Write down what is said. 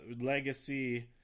legacy